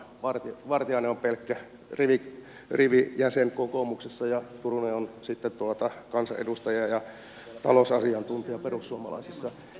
vartiainen on pelkkä rivijäsen kokoomuksessa ja turunen on sitten kansanedustaja ja talousasiantuntija perussuomalaisissa